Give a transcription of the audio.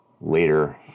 later